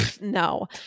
no